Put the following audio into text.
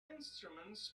instruments